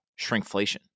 shrinkflation